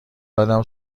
دادم